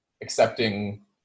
accepting